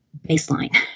baseline